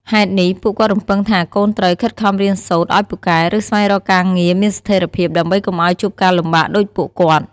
ហេតុនេះ ពួកគាត់រំពឹងថាកូនត្រូវ ខិតខំរៀនសូត្រឲ្យពូកែ ឬ ស្វែងរកការងារមានស្ថិរភាព ដើម្បីកុំឲ្យជួបការលំបាកដូចពួកគាត់។